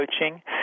coaching